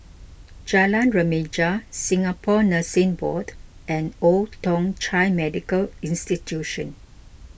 Jalan Remaja Singapore Nursing Board and Old Thong Chai Medical Institution